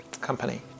Company